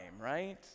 right